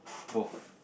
both